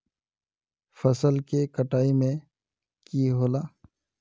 फसल के कटाई में की होला?